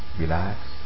relax